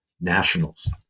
nationals